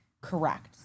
Correct